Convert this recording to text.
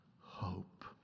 hope